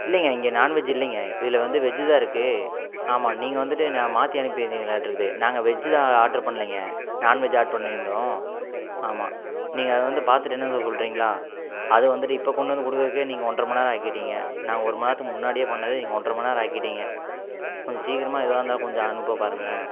இல்லைங்க இங்கே நாண்வெஜ் இல்லைங்க இதில் வந்து வெஜ்ஜு தான் இருக்குது ஆமாம் நீங்கள் வந்துகிட்டு நான் மாற்றி அனுப்பிருந்திங்லாட்ருக்குது நாங்கள் வெஜ்ஜு தான் ஆ ஆர்ட்ரு பண்ணலைங்க நாண்வெஜ் ஆட் பண்ணியிருந்தோம் ஆமாம் நீங்கள் அதை வந்து பார்த்துட்டு என்னென் சொல்கீறிங்களா அது வந்துட்டு இப்போ கொண்டு வந்து கொடுக்கறக்கே நீங்கள் ஒன்றை மணிநேரம் ஆக்கிட்டீங்க நான் ஒருமணி நேரத்துக்கு முன்னாடியே பண்ணதே நீங்கள் ஒன்றை மணிநேரம் ஆக்கிட்டீங்க கொஞ்சம் சீக்கிரமாக எதுவாக இருந்தாலும் கொஞ்சம் அனுப்ப பாருங்களேன்